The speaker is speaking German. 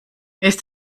ist